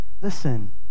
Listen